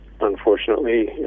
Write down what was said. Unfortunately